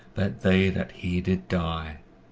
that day that he did die.